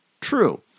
true